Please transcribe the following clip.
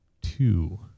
two